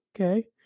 okay